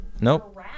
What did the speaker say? Nope